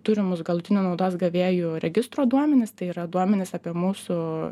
turimus galutinio naudos gavėjų registro duomenis tai yra duomenys apie mūsų